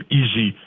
easy